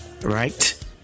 right